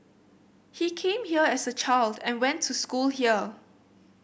he came here as a child and went to school here